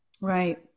Right